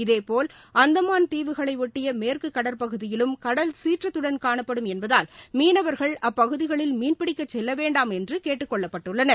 இதேபோல் அந்தமான் தீவுகளையொட்டிய மேற்குக் கடற்பகுதியிலும் கடல் சீற்றத்துடன் கானாப்படும் என்பதால் மீனவர்கள் அப்பகுதிகளில் மீன்பிடிக்கச் செல்ல வேண்டாம் என்று கேட்டுக் கொள்ளப்பட்டுள்ளனர்